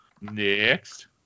Next